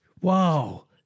Wow